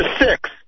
six